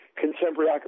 contemporary